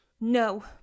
No